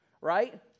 Right